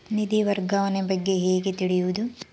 ನಿಧಿ ವರ್ಗಾವಣೆ ಬಗ್ಗೆ ಹೇಗೆ ತಿಳಿಯುವುದು?